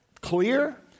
clear